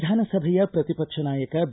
ವಿಧಾನಸಭೆಯ ಪ್ರತಿಪಕ್ಷ ನಾಯಕ ಬಿ